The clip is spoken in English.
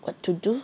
what to do